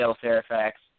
Fairfax